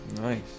Nice